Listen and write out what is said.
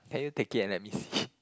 can you take it and let me see